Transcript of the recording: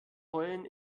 heulen